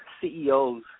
CEOs